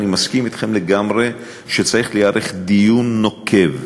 אני מסכים אתכם לגמרי שצריך להיערך דיון נוקב,